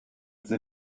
the